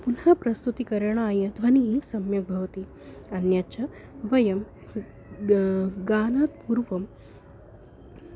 पुनः प्रस्तुतिकरणाय ध्वनिः सम्यक् भवति अन्यच्च वयं गानात् पूर्वं